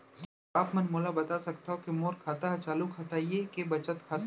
का आप मन मोला बता सकथव के मोर खाता ह चालू खाता ये के बचत खाता?